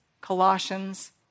Colossians